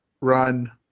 run